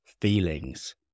feelings